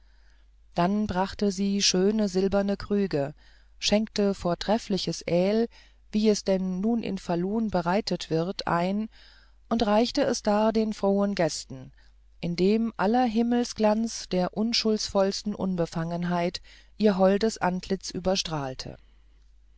dann brachte sie schöne silberne krüge schenkte treffliches aehl wie es denn nun in falun bereitet wird ein und reichte es dar den frohen gästen indem aller himmelsglanz der unschuldvollsten unbefangenheit ihr holdes antlitz überstrahlte